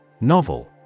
Novel